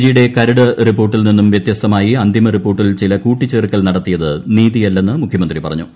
G യുടെ കരട് റിപ്പോർട്ടിൽ നിന്നും വൃത്യസ്തമായി അന്തിമറിപ്പോർട്ടിൽ ചില കൂട്ടിച്ചേർക്കൽ നടത്തിയത് നീതിയല്ലെന്ന് മുഖ്യമന്ത്രി പറഞ്ഞു